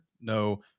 No